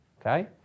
okay